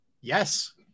Yes